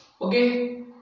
Okay